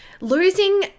losing